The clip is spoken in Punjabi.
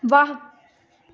ਵਾਹ